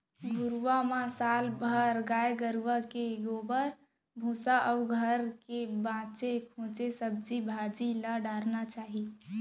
घुरूवा म साल भर गाय गरूवा के गोबर, भूसा अउ घर के बांचे खोंचे सब्जी भाजी ल डारना चाही